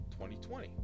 2020